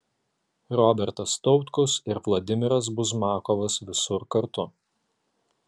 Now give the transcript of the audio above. robertas tautkus ir vladimiras buzmakovas visur kartu